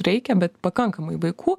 reikia bet pakankamai vaikų